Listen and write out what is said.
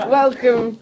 welcome